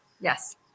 Yes